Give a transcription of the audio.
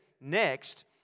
Next